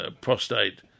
prostate